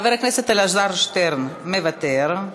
חבר הכנסת אלעזר שטרן, מוותר.